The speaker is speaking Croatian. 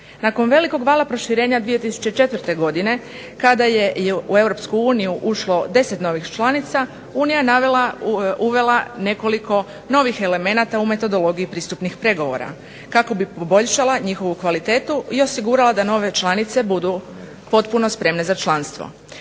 Nakon velikog vala proširenja 2004. godine kada je u Europsku uniju ušlo 10 novih članica Unija je uvela nekoliko novih elemenata u metodologiji pristupnih pregovora kako bi poboljšala njihovu kvalitetu i osigurala da nove članice budu potpuno spremne za članstvo.